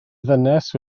ddynes